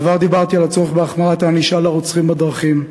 בעבר דיברתי על הצורך בהחמרת הענישה של רוצחים בדרכים.